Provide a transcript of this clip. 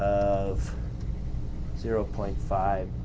of zero point five